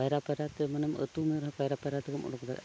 ᱯᱟᱭᱨᱟ ᱯᱟᱭᱨᱟᱛᱮ ᱢᱟᱱᱮᱢ ᱟᱛᱩᱢᱮ ᱨᱮᱦᱚᱸ ᱯᱟᱭᱨᱟ ᱯᱟᱭᱨᱟ ᱛᱮᱜᱮᱢ ᱚᱰᱚᱠ ᱫᱟᱲᱮᱭᱟᱜᱼᱟ